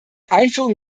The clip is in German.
einführung